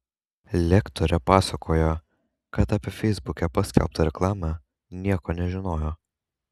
lektorė pasakojo kad apie feisbuke paskelbtą reklamą nieko nežinojo